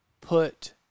put